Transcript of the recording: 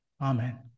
Amen